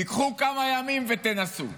תיקחו כמה ימים ותנסו.